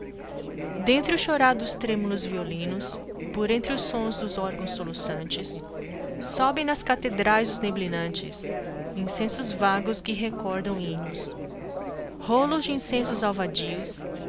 o chorar dos trêmulos violinos por entre os sons dos órgãos soluçantes sobem nas catedrais os neblinantes incensos vagos que recordam hinos rolos d'incensos alvadios